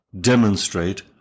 demonstrate